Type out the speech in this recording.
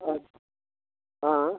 हँ हँ